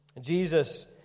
Jesus